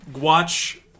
watch